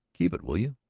keep it, will you?